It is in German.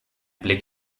blick